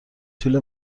طول